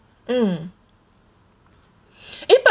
mm eh but